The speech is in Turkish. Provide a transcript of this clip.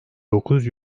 dokuz